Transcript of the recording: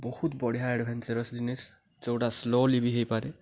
ବହୁତ ବଢ଼ିଆ ଆଡ଼ଭେଞ୍ଚରସ୍ ଜିନିଷ ଯେଉଁଟା ସ୍ଲୋଲି ବି ହେଇପାରେ